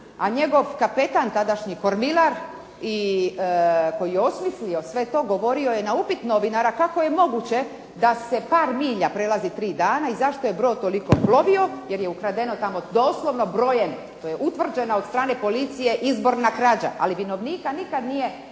a njegov kapetan tadašnji, kormilar, koji je osmislio sve to govorio je na upit novinara kako je moguće da se par milja prelazi 3 dana i zašto je brod toliko plovio? Jer je ukradeno tamo doslovno brojem, to je utvrđeno od strane policije, izborna krađa, ali vinovnika nikad nije